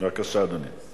בבקשה, אדוני.